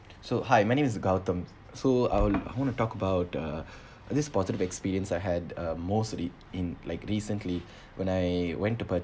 so hi my name is carlthum so I'll want to talk about uh this positive experience I had uh mostly in like recently when I went to